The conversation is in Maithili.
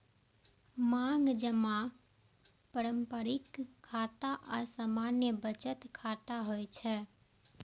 मांग जमा पारंपरिक खाता आ सामान्य बचत खाता होइ छै